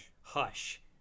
Hush